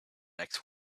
next